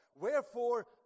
Wherefore